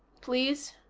please?